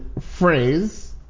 phrase